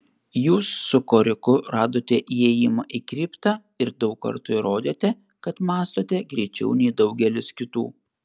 jūs su koriku radote įėjimą į kriptą ir daug kartų įrodėte kad mąstote greičiau nei daugelis kitų